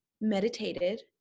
meditated